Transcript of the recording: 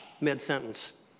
mid-sentence